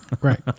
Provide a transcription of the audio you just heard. Right